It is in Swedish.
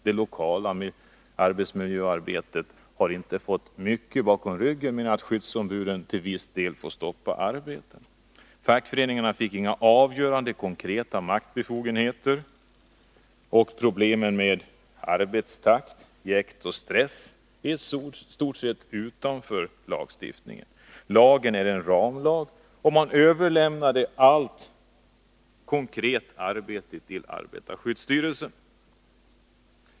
Det lokala arbetsmiljöarbetet har inte fått mycket bakom ryggen mer än att skyddsombuden till viss del har fått rätt att stoppa arbetet. Fackföreningarna fick inga avgörande, konkreta maktbefogenheter, och problemen med arbetstakt, jäkt och stress hamnar i stort sett utanför lagstiftningen. Lagen är en ramlag, och man har överlämnat allt konkret arbete till arbetarskyddsstyrelsen.